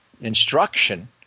instruction